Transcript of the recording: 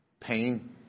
pain